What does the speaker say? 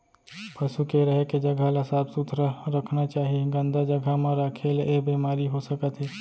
पसु के रहें के जघा ल साफ सुथरा रखना चाही, गंदा जघा म राखे ले ऐ बेमारी हो सकत हे